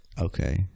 Okay